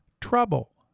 trouble